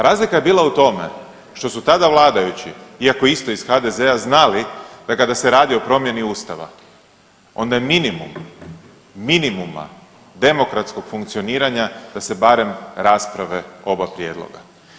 Razlika je bila u tome što su tada vladajući, iako isto iz HDZ-a znali da kada se radi o promjeni ustava onda je minimum minimuma demokratskog funkcioniranja da se barem rasprave oba prijedloga.